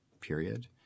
period